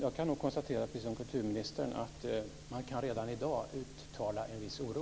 Jag kan nog, precis som kulturministern, konstatera att man redan i dag kan uttala en viss oro.